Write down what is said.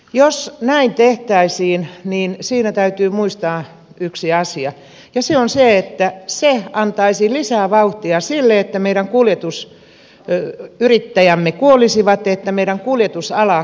jos näin tehtäisiin niin siinä täytyy muistaa yksi asia ja se on se että se antaisi lisää vauhtia sille että meidän kuljetusyrittäjämme kuolisivat että meidän kuljetusala kuolisi kokonaan